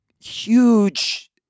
huge